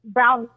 Brown